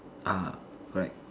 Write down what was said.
uh correct